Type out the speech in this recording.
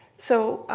so,